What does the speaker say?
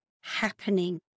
happening